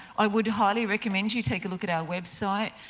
i would highly recommend you take a look at our website.